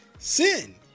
sin